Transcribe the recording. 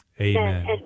Amen